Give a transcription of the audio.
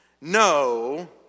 no